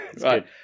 Right